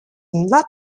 nothing